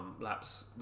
Laps